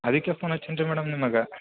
ಅದಕ್ಕೆ ಫೋನ್ ಹಚ್ಚಿನಿ ರೀ ಮೇಡಮ್ ನಿಮಗೆ